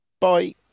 bye